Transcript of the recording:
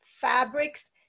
Fabrics